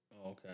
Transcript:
Okay